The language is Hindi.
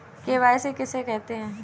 के.वाई.सी किसे कहते हैं?